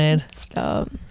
stop